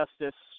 Justice